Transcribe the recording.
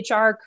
HR